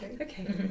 Okay